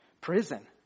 prison